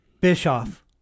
Bischoff